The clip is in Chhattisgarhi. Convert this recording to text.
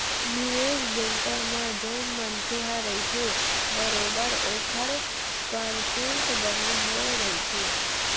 निवेस बेंकर म जउन मनखे ह रहिथे बरोबर ओखर परसेंट बने होय रहिथे